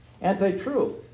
Anti-truth